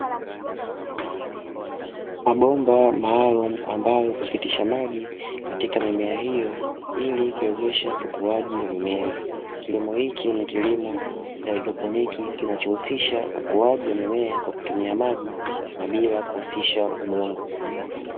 Mabomba maalumu ambayo hupitisha maji katika eneo hilo, ili kuwezesha ukuaji wa mimea. Kilimo hiki ni kilimo cha Haidroponi kinachohusisha ukuaji wa mimea kwa kutumia maji na bila kuhusisha udongo.